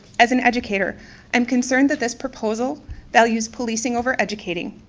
as an educator i'm concerned that this proposal values policing over educating.